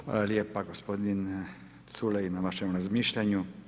Hvala lijepa gospodine Culej na vašem razmišljanju.